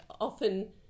often